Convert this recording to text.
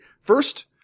First